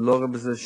אני באמצע משא-ומתן,